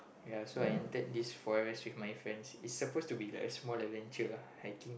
ya so I entered this forest with my friends it's supposed to be like a small adventure lah hiking